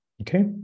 okay